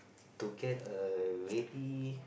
to get err lady